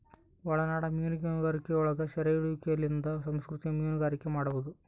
ಒಳನಾಡ ಮೀನುಗಾರಿಕೆಯೊಳಗ ಸೆರೆಹಿಡಿಯುವಿಕೆಲಿಂದ ಸಂಸ್ಕೃತಿಕ ಮೀನುಗಾರಿಕೆ ಮಾಡುವದು